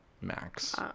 max